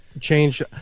change